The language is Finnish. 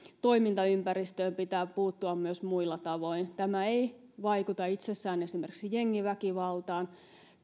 toimintaympäristöön pitää puuttua myös muilla tavoin tämä ei vaikuta itsessään esimerkiksi jengiväkivaltaan